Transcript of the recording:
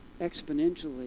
exponentially